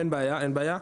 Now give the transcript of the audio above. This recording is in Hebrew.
אין בעיה, אין בעיה.